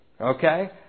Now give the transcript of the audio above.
Okay